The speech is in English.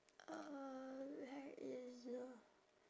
uh where is the